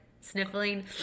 sniffling